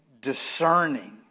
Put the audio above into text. discerning